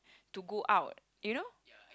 to go out you know